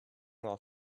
while